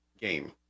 game